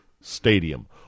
stadium